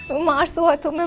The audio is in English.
mars? so i